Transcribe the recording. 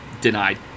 denied